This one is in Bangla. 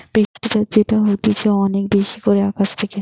বৃষ্টিপাত যেটা হতিছে অনেক বেশি করে আকাশ থেকে